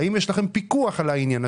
האם יש לכם פיקוח על העניין,